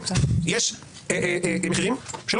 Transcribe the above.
יש מחירים לא